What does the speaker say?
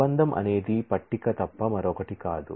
relation అనేది table తప్ప మరొకటి కాదు